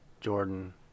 Jordan